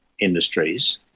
industries